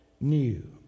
new